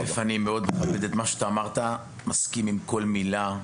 אני מקבל את מה שאמרת ומסכים עם כל מילה.